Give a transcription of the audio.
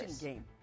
game